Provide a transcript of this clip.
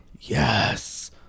Yes